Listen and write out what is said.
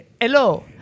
hello